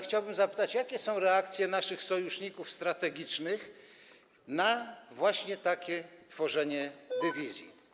Chciałbym też zapytać, jakie są reakcje naszych sojuszników strategicznych na właśnie takie tworzenie dywizji.